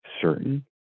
certain